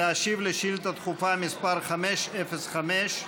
להשיב על שאילתה דחופה מס' 515,